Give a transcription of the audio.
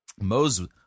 Moses